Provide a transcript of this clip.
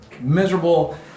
miserable